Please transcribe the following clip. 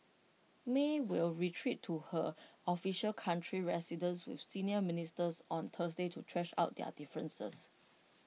may will retreat to her official country residence with senior ministers on Thursday to thrash out their differences